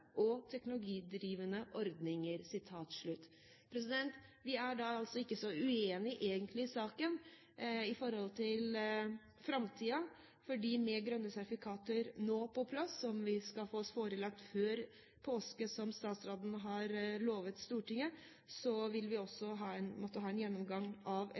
og teknologidrivende ordninger.» Vi er egentlig ikke så uenig i saken i forhold til framtiden, for med grønne sertifikater på plass, som vi skal få oss forelagt før påske, som statsråden har lovet Stortinget, vil vi også måtte ha en gjennomgang av